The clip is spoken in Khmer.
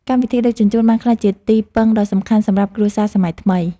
កម្មវិធីដឹកជញ្ជូន បានក្លាយជាទីពឹងដ៏សំខាន់សម្រាប់គ្រួសារសម័យថ្មី។